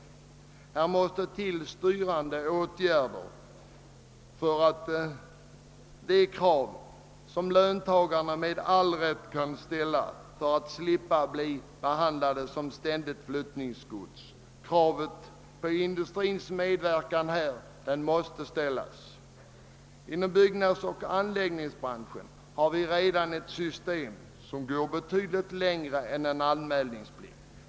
Här måste till styrande åtgärder; det är det krav som löntagarna med all rätt kan ställa för att slippa bli behandlade som ständigt flyttningsgods. Industrins medverkan i detta sammanhang är helt nödvändig. Inom byggnadsoch anläggningsbranschen finns redan ett system som går betydligt längre än en anmälningsplikt.